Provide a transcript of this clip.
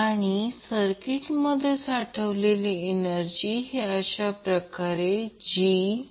तर रियल भाग येथे आहे आणि एमॅजिनरी भाग येथे आहे